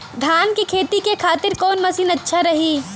धान के खेती के खातिर कवन मशीन अच्छा रही?